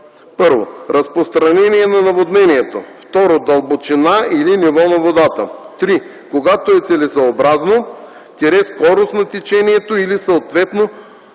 1. разпространение на наводнението; 2. дълбочина или ниво на водата; 3. когато е целесъобразно – скорост на течението или съответно